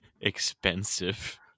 Expensive